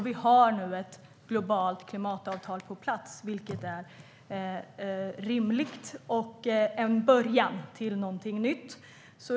Nu har vi ett globalt klimatavtal på plats, vilket är rimligt och en början på något nytt.